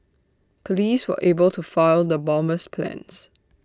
Police were able to foil the bomber's plans